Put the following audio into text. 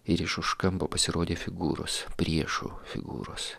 ir iš už kampo pasirodė figūros priešų figūros